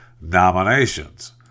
nominations